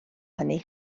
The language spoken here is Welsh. hynny